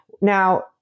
Now